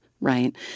right